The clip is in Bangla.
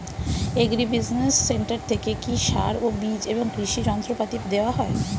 এগ্রি বিজিনেস সেন্টার থেকে কি সার ও বিজ এবং কৃষি যন্ত্র পাতি দেওয়া হয়?